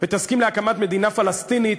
ותסכים להקמת מדינה פלסטינית